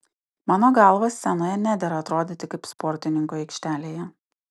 mano galva scenoje nedera atrodyti kaip sportininkui aikštelėje